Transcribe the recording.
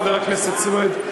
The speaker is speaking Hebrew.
חבר הכנסת סוייד,